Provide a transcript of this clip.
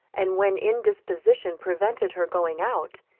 and when indisposition prevented her going out,